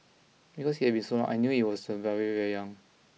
because it had been so long and I knew it when I was very very young